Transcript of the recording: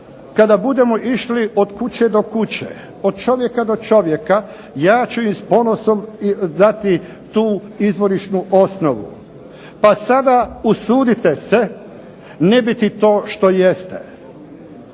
kada budemo išli od kuće do kuće, od čovjeka do čovjeka, ja ću im s ponosom dati tu izvorišnu osnovu. Pa sada usudite se ne biti to što jeste.